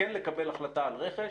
כן לקבל החלטה על רכש,